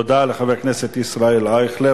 תודה לחבר הכנסת ישראל אייכלר.